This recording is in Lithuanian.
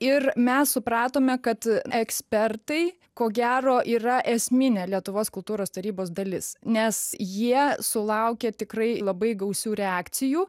ir mes supratome kad ekspertai ko gero yra esminė lietuvos kultūros tarybos dalis nes jie sulaukia tikrai labai gausių reakcijų